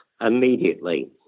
immediately